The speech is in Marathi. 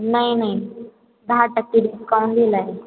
नाही नाही दहा टक्के डिस्काउंट दिला आहे